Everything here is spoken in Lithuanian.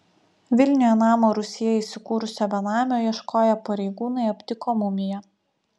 vilniuje namo rūsyje įsikūrusio benamio ieškoję pareigūnai aptiko mumiją